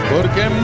Porque